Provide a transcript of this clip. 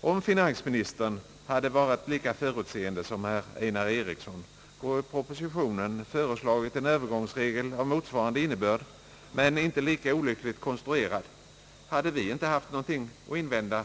Om finansministern hade varit lika förutseende som herr Einar Eriksson och i propositionen föreslagit en övergångsregel av motsvarande innebörd — men inte lika olyckligt konstruerad — hade vi inte haft någonting att invända.